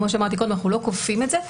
כמו שאמרתי קודם, אנחנו לא כופים את זה.